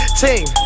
team